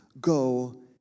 go